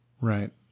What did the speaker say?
Right